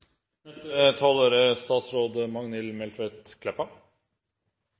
Neste taler er